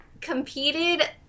competed